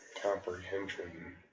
comprehension